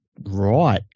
right